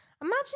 imagine